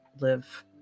live